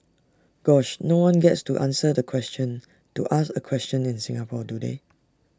gosh no one gets to answer the question to ask A question in Singapore do they